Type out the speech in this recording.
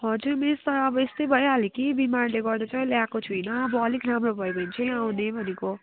हजुर मिस तर अब यस्तै भइहाल्यो कि बिमारले गर्दा चाहिँ अहिले आएको छुइनँ अब अलिक नर्मल भयो भने चाहिँ आउने भनेको